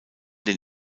den